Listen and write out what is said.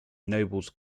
nobles